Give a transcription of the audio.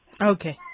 Okay